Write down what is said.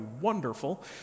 wonderful